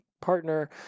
partner